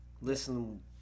Listen